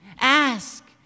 ask